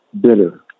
bitter